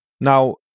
now